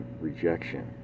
rejection